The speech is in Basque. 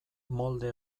molde